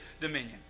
dominion